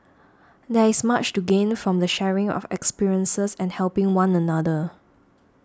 there is much to gain from the sharing of experiences and helping one another